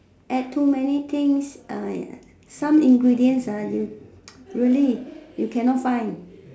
add too many things !aiya! some ingredients you really you cannot find